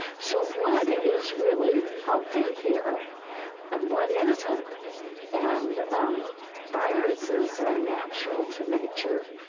so what is really healthy here and what isn't and viruses are natural to nature.